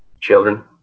children